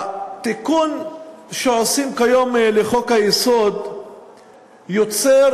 התיקון שעושים כיום לחוק-היסוד יוצר